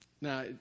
Now